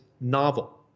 novel